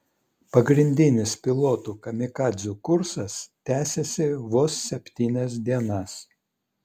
pagrindinis pilotų kamikadzių kursas tęsėsi vos septynias dienas